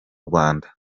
rwanda